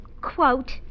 quote